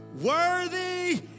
worthy